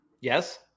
Yes